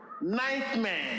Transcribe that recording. Nightmare